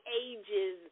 ages